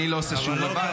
אני לא עושה שיעורי בית?